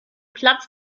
platz